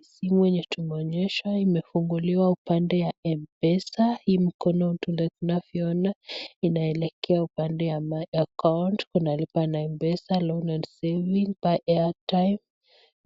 Simu yenye tumeonyeshwa imefunguliwa upande wa mpesa, hii mkono tunavyoona inaelekea upande wa (cs) my account(cs), kuna lipa na mpesa,(cs) loan and savings ,buy airtime,